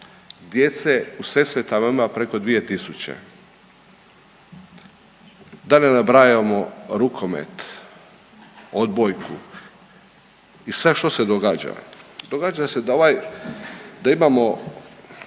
djece u Sesvetama ima preko 2000, da ne nabrajamo rukomet, odbojku. I sad što se događa, događa se da imamo